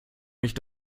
mich